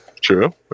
true